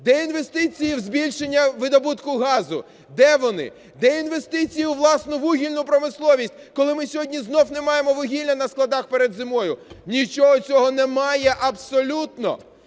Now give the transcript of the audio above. Де інвестиції в збільшення видобутку газу? Де вони? Де інвестиції у власну вугільну промисловість, коли ми сьогодні знову не маємо вугілля на складах перед зимою? Нічого цього немає абсолютно.